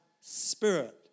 spirit